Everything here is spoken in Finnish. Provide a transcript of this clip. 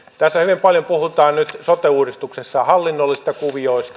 tässä hyvin paljon puhutaan nyt sote uudistuksessa hallinnollisista kuvioista